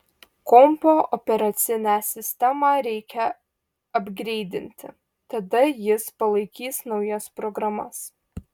kompo operacinę sistemą reikia apgreidinti tada jis palaikys naujas programas